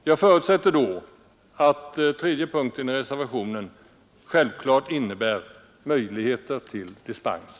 Jag förutsätter då att punkten 3 i reservationen självfallet innebär möjligheter till dispens.